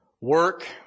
work